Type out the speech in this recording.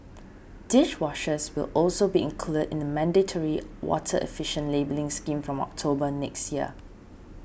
dishwashers will also be included in the mandatory water efficiency labelling scheme from October next year